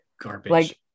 garbage